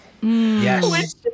yes